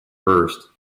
first